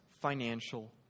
financial